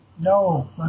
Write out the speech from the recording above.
no